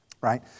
right